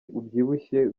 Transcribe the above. ubyibushye